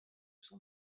son